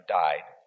died